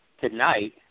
tonight